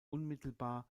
unmittelbar